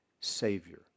Savior